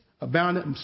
abounded